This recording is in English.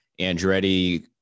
Andretti